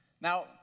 Now